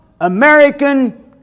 American